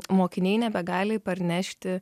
mokiniai nebegali parnešti